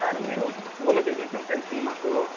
sir మీరు పూల business అని తెలిసింది మాకు